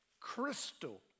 crystal